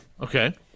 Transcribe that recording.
Okay